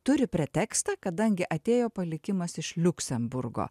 turi pretekstą kadangi atėjo palikimas iš liuksemburgo